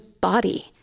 body